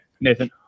Nathan